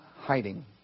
hiding